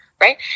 Right